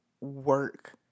work